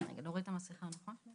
לדבר.